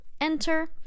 Enter